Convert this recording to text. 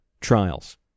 trials